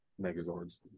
Megazords